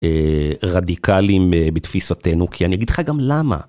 רדיקליים בתפיסתנו, כי אני אגיד לך גם למה.